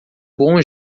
bom